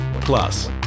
Plus